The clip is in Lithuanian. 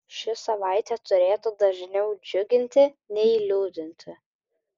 ši savaitė turėtų dažniau džiuginti nei liūdinti